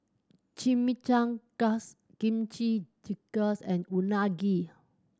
Chimichangas Kimchi Jjigae and Unagi